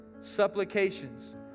supplications